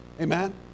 Amen